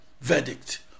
verdict